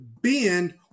bend